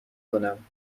کنم